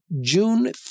June